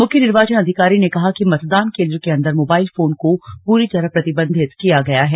मुख्य निर्वाचन अधिकारी ने कहा कि मतदान केन्द्र के अन्दर मोबाइल फोन को पूरी तरह प्रतिबन्धित किया गया है